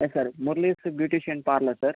yes sir Murali's beautician parlour sir